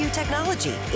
technology